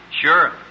Sure